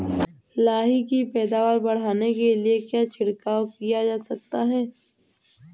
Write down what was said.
लाही की पैदावार बढ़ाने के लिए क्या छिड़काव किया जा सकता है?